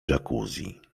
jacuzzi